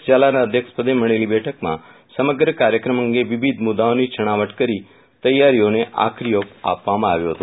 ઝાલાના અધ્યક્ષપદે મળેલી બેઠકમાં સમગ્ર કાર્યક્રમ અંગે વિવિધ મુદાઓની છણાવટ કરી તૈયારીઓને આખરી ઓપ આપવામાં આવ્યી હતો